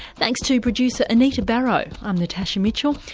thanks to producer anita barraud, i'm natasha mitchell,